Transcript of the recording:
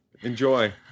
Enjoy